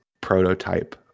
prototype